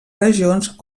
regions